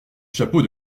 chapeau